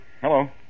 Hello